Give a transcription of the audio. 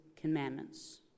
commandments